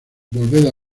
volved